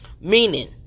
Meaning